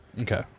okay